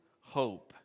Hope